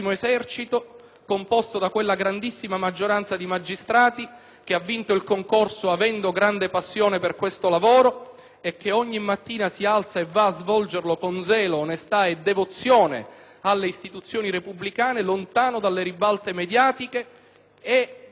composto da quella grandissima maggioranza di magistrati che ha vinto il concorso avendo grande passione per questo lavoro e che ogni mattina si alza e va a svolgerlo con zelo, onestà e devozione alle istituzioni repubblicane, lontano dalle ribalte mediatiche e memore